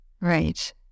right